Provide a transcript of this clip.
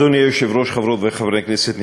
אדוני היושב-ראש, חברות וחברי כנסת נכבדים,